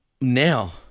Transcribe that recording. now